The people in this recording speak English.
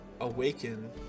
awaken